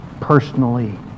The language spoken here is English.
personally